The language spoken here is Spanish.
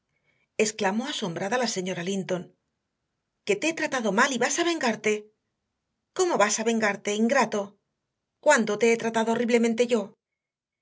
exclamó asombrada la señora linton qué te he tratado mal y vas a vengarte cómo vas a vengarte ingrato cuándo te he tratado horriblemente yo